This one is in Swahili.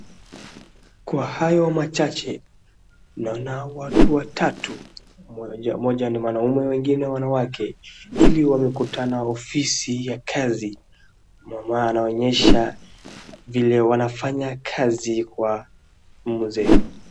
Kwa hayo machache, naona watu watatu, mmoja, mmoja ni mwanaume wengine ni wanawake, ili wamekutana ofisi ya kazi, mama anaonyesha vile wanafanya kazi kwa mzee.